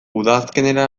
udazkenera